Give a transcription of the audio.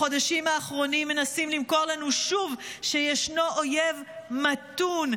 בחודשים האחרונים מנסים למכור לנו שוב שישנו אויב מתון,